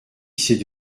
c’est